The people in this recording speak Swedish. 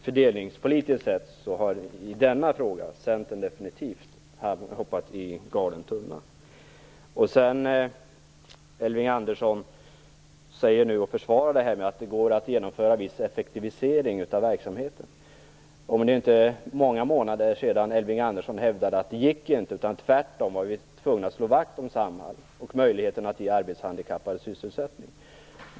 Fördelningspolitiskt sett har i denna fråga Centern definitivt hoppat i galen tunna. Elving Andersson försvarar nu neddragningen och säger att det går att genomföra viss effektivisering av verksamheten. Det är inte många månader sedan Elving Andersson hävdade att det inte gick. Tvärtom var vi tvungna att slå vakt om Samhall och möjligheten att ge arbetshandikappade sysselsättning.